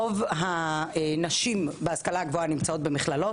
רוב הנשים מהסגל בהשכלה הגבוהה נמצאות במכללות,